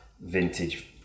vintage